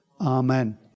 Amen